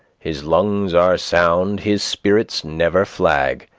his lungs are sound, his spirits never flag.